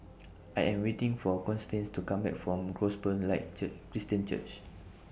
I Am waiting For Constance to Come Back from Gospel Light Cheer Christian Church